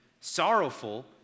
sorrowful